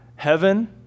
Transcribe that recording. heaven